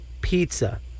pizza